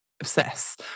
obsess